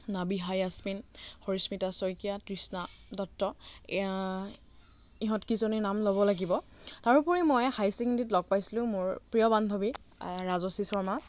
নাবিহা য়াচমিন হৰিস্মিতা শইকীয়া তৃষ্ণা দত্ত এয়া ইহঁতকিজনীৰ নাম ল'ব লাগিব তাৰোপৰি মই হায়াৰ চেকেণ্ডেৰীত লগ পাইছিলোঁ মোৰ প্ৰিয় বান্ধৱী ৰাজশ্ৰী শৰ্মা